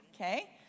okay